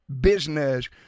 business